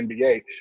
NBA